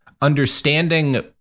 understanding